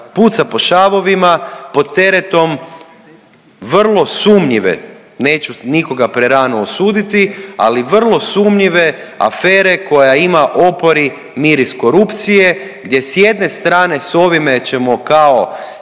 puca po šavovima pod teretom vrlo sumnjive, neću nikoga prerano osuditi, ali vrlo sumnjive afere koja ima opori miris korupcije gdje s jedne strane s ovime ćemo kao